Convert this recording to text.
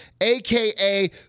aka